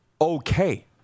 okay